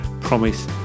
promise